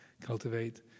cultivate